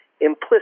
implicit